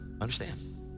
understand